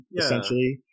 essentially